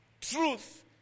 Truth